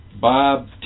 Bob